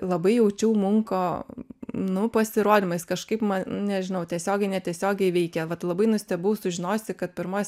labai jaučiau munko nu pasirodymais kažkaip man nežinau tiesiogiai netiesiogiai veikia vat labai nustebau sužinojusi kad pirmoj